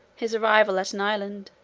his arrival at an island.